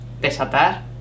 Desatar